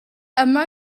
yma